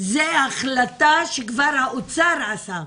זאת החלטה שהאוצר כבר עשה,